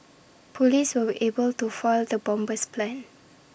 Police were able to foil the bomber's plans